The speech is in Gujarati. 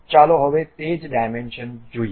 ચાલો હવે તે જ ડાયમેન્શન જોઈએ